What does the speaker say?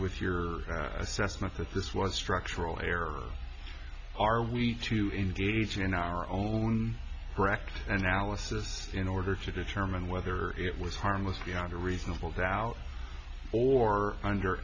with your assessment that this was a structural error are we to engage in our own correct analysis in order to determine whether it was harmless beyond a reasonable doubt or under